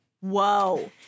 Whoa